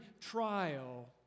trial